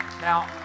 Now